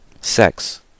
sex